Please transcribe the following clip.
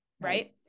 right